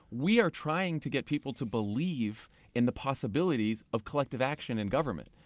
we are trying to get people to believe in the possibilities of collective action in government.